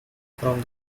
from